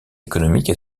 économiques